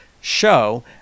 show